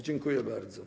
Dziękuję bardzo.